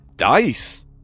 Dice